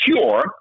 cure